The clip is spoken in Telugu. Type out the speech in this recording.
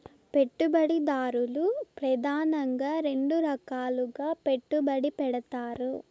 పెట్టుబడిదారులు ప్రెదానంగా రెండు రకాలుగా పెట్టుబడి పెడతారు